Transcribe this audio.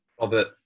Robert